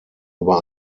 über